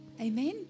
amen